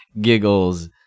giggles